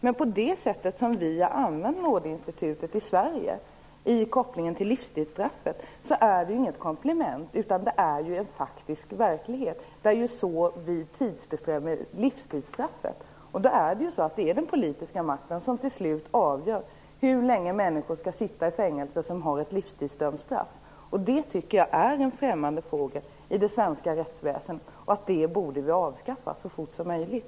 Men med det sätt på vilket vi har använt Nådeinstitutet i Sverige, i kopplingen till livstidsstraffet, är det inget komplement utan en faktisk verklighet. Det är så vi tidsbestämmer livstidsstraffet, och då är det ju den politiska makten som till slut avgör hur länge människor som dömts till ett livstidsstraff skall sitta i fängelse. Det tycker jag är en främmande fågel i det svenska rättsväsendet, och det borde vi avskaffa så fort som möjligt.